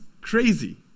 crazy